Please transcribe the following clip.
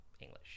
English